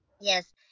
Yes